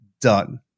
done